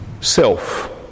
self